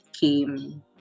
came